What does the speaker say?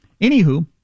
anywho